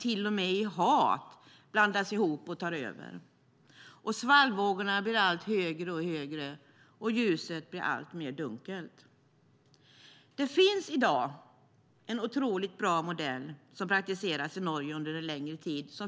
till och med hat blandas ihop och tar över. Svallvågorna blir allt högre, och ljuset blir alltmer dunkelt. Det finns i dag en otroligt bra modell som har praktiserats i Norge under en längre tid.